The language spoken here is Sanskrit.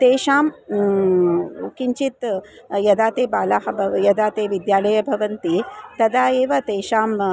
तेषां किञ्चित् यदा ते बालाः भवन्ति यदा ते विद्यालये भवन्ति तदा एव तेषाम्